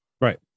Right